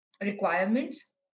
requirements